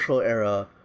era